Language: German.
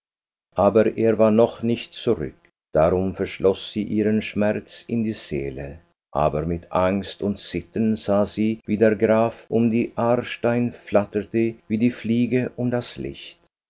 aber er war noch nicht zurück darum verschloß sie ihren schmerz in die seele aber mit angst und zittern sah sie wie der graf um die aarstein flatterte wie die fliege um das licht